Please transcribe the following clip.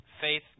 Faith